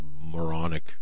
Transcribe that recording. moronic